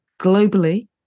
Globally